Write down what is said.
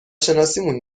شناسیمون